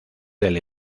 del